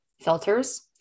filters